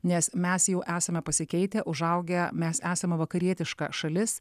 nes mes jau esame pasikeitę užaugę mes esame vakarietiška šalis